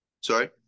Sorry